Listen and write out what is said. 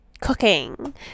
cooking